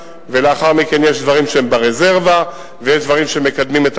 ולאחר מכן יש דברים ברזרבה ויש דברים שמקדמים את